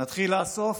נתחיל לאסוף